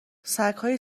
سگهای